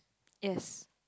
yes